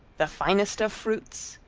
the finest of fruits,